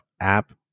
app